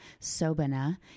Sobana